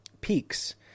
Peaks